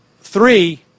three